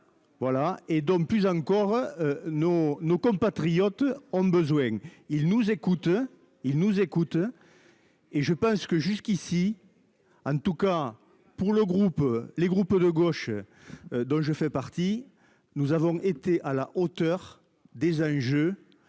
Voilà et donc plus encore nos nos compatriotes ont besoin, ils nous écoutent, ils nous écoutent. Et je pense que jusqu'ici. En tout cas pour le groupe, les groupes de gauche. Dont je fais partie. Nous avons été à la hauteur des enjeux